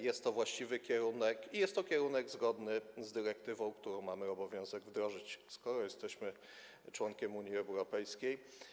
Jest to właściwy kierunek i jest to kierunek zgodny z dyrektywą, którą mamy obowiązek wdrożyć, skoro jesteśmy członkiem Unii Europejskiej.